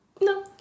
No